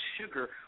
sugar